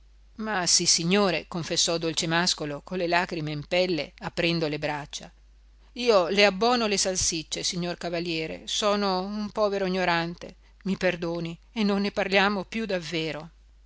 celia ma sissignore confessò dolcemàscolo con le lagrime in pelle aprendo le braccia io le abbono le salsicce signor cavaliere sono un povero ignorante mi perdoni e non ne parliamo più davvero